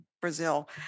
Brazil